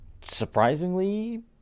surprisingly